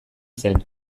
zen